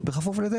בכפוף לכך